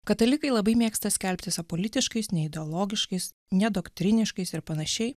katalikai labai mėgsta skelbtis apolitiškais neideologiškais nedoktrininiais ir panašiai